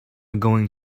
going